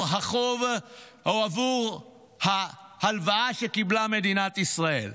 החוב או עבור ההלוואה שקיבלה מדינת ישראל: